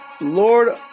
Lord